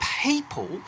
people